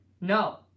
No